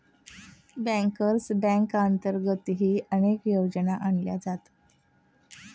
bankers बँकेअंतर्गतही अनेक योजना आणल्या जातात